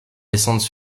descendent